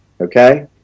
okay